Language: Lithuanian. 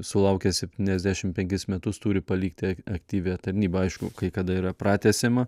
sulaukęs septyniasdešim penkis metus turi palikti aktyvią tarnybą aišku kai kada yra pratęsiama